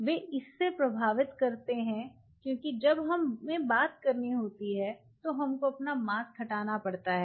वे इसे प्रभावित करते हैं क्योंकि जब हमें बात करनी होती है तो हमको अपना मास्क हटाना पड़ता है